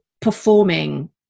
performing